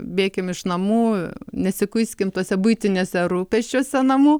bėkim iš namų nesikuiskim tuose buitiniuose rūpesčiuose namų